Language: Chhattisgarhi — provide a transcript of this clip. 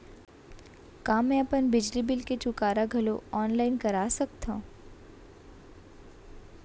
का मैं अपन बिजली बिल के चुकारा घलो ऑनलाइन करा सकथव?